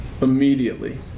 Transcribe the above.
immediately